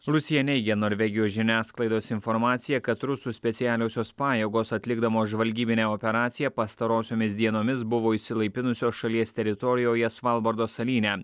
rusija neigia norvegijos žiniasklaidos informaciją kad rusų specialiosios pajėgos atlikdamos žvalgybinę operaciją pastarosiomis dienomis buvo išsilaipinusios šalies teritorijoje svalbardo salyne